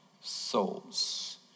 souls